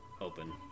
open